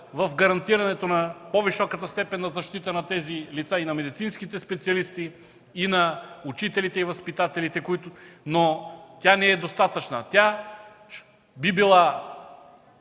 в гарантирането на по-високата степен на защита на тези лица – и на медицинските специалисти, и на учителите и възпитателите, но тя не е достатъчна. Тя би била